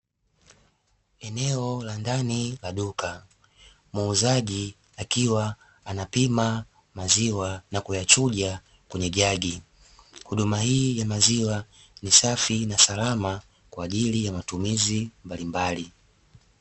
Eneo la ndani la duka muuzaji akiwa anapima maziwa na kuyachuja kwenye jagi, huduma hii ya maziwa ni safi na salama kwa ajili ya matumizi mbalimbali.